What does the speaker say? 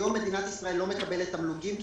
היום מדינת ישראל לא מקבלת תמלוגים כי